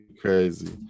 Crazy